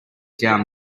down